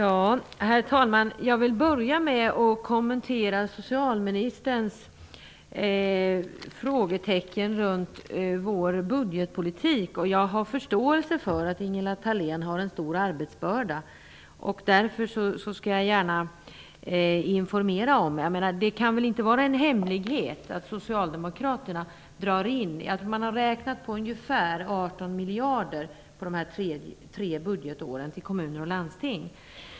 Herr talman! Jag vill börja med att kommentera socialministerns frågor runt vår budgetpolitik. Jag har förståelse för att Ingela Thalén har en stor arbetsbörda. Därför skall jag gärna informera henne. Det kan inte vara en hemlighet att socialdemokraterna drar in ungefär 18 miljarder på tre år på kommuner och landsting.